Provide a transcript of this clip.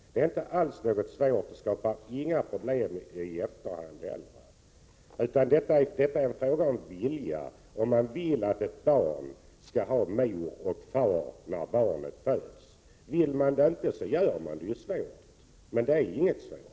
Detta är inte alls svårt att genomföra och skapar inga problem i efterhand heller. Detta är bara en fråga om vilja — om man vill att ett barn skall ha både mor och far då det föds. Vill man det inte gör man saken svårare, men det är egentligen inte svårt.